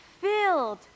filled